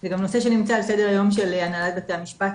זה גם נושא שנמצא על סדר היום של הנהלת בתי המשפט,